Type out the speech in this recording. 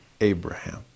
Abraham